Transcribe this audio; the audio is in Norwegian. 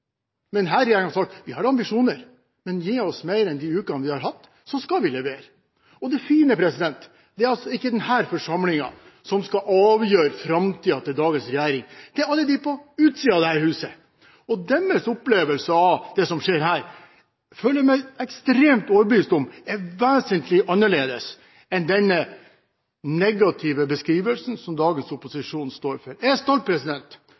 men gi oss mer enn de ukene vi har hatt, så skal vi levere. Og det fine er: Det er ikke denne forsamlingen som skal avgjøre framtiden til dagens regjering – det er det alle på utsiden av dette huset som skal. Deres opplevelse av det som skjer her, føler jeg meg ekstremt overbevist om er vesentlig annerledes enn den negative beskrivelsen som dagens